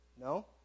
no